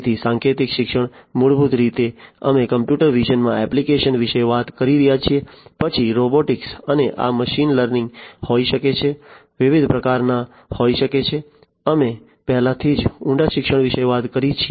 તેથી સાંકેતિક શિક્ષણ મૂળભૂત રીતે અમે કમ્પ્યુટર વિઝનમાં એપ્લિકેશન વિશે વાત કરી રહ્યા છીએ પછી રોબોટિક્સ અને આ મશીન લર્નિંગ હોઈ શકે છે વિવિધ પ્રકારના હોઈ શકે છે અમે પહેલાથી જ ઊંડા શિક્ષણ વિશે વાત કરી છે